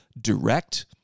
direct